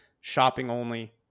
shopping-only